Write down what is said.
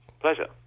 Pleasure